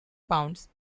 pounds